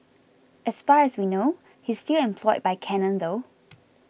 as far as we know he's still employed by Canon though